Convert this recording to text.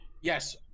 yes